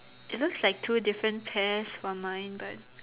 it looks like two different pears for mine but